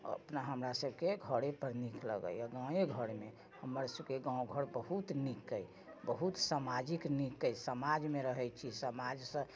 अपना हमरा सबके घरे पर नीक लगैया गाँवे घरमे हमर सबके गाँव घर बहुत नीक अइ बहुत समाजिक नीक अइ समाजमे रहैत छी समाजसँ